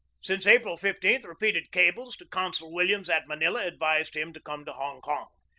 since april fifteen repeated cables to consul williams at manila advised him to come to hong kong.